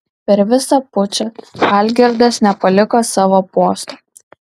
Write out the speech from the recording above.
per visą pučą algirdas nepaliko savo posto